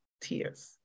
tears